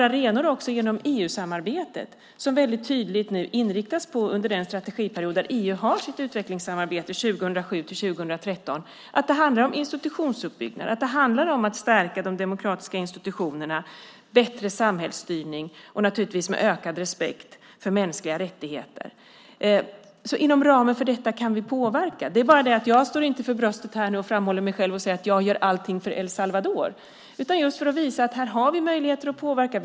Genom EU-samarbetet har vi också arenor. Under den strategiperiod där EU har sitt utvecklingssamarbete, 2007-2013, inriktas det väldigt tydligt på institutionsuppbyggnad, att stärka de demokratiska institutionerna, att åstadkomma en bättre samhällsstyrning och en ökad respekt för mänskliga rättigheter. Inom ramen för detta kan vi påverka. Jag slår mig inte för bröstet och framhäver mig själv och säger att jag ger allting för El Salvador. Jag vill visa att vi har möjligheter att påverka här.